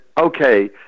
okay